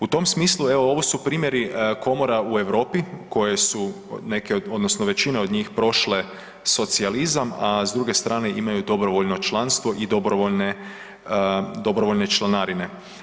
U tom smislu evo su primjeri komora u Europi koje su neke odnosno većine od njih prošle socijalizam, a s druge strane imaju dobrovoljno članstvo i dobrovoljne članarine.